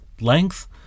length